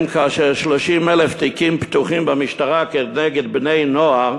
אם כאשר 30,000 תיקים במשטרה פתוחים כנגד בני-נוער,